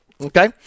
Okay